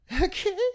Okay